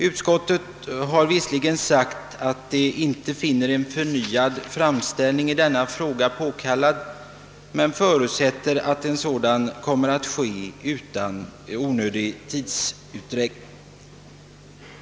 Utskottet har sagt att det inte finner en förnyad framställning i denna fråga påkallad men förutsätter att en sådan kommer att göras »utan onödig tidsutdräkt».